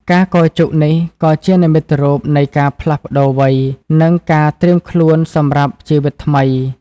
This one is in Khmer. ការកោរជុកនេះក៏ជានិមិត្តរូបនៃការផ្លាស់ប្តូរវ័យ និងការត្រៀមខ្លួនសម្រាប់ជីវិតថ្មី។